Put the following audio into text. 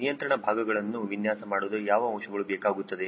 ನಿಯಂತ್ರಣ ಭಾಗಗಳನ್ನು ವಿನ್ಯಾಸ ಮಾಡಲು ಯಾವ ಅಂಶಗಳು ಬೇಕಾಗುತ್ತದೆ